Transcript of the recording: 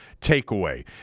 takeaway